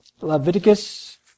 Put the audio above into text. Leviticus